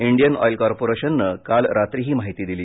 Indian oil कॉर्पोरेशननं काल रात्री ही माहिती दिली